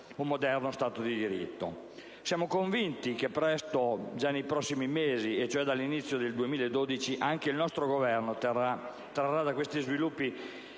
Siamo convinti che presto, già dai prossimi mesi e cioè all'inizio del 2012, anche il nostro Governo trarrà dagli sviluppi